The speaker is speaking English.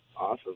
Awesome